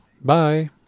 Bye